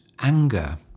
anger